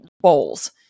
bowls